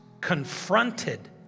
confronted